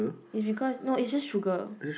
it's because no it's just sugar